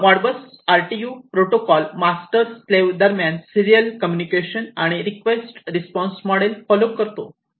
हा Modbus RTU protocol master slave दरम्यान serial communication आणि रिक्वेस्ट रिस्पॉन्स मॉडेल फॉलो करतो